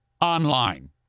online